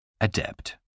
Adept